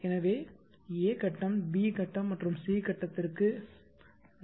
எனவே a கட்டம் b கட்டம் மற்றும் c கட்டத்திற்கு வேண்டும்